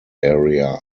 area